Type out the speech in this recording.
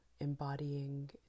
embodying